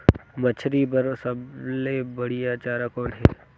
मछरी बर सबले बढ़िया चारा कौन हे?